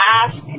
ask